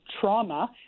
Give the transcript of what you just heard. trauma